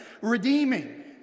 redeeming